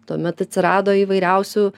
tuomet atsirado įvairiausių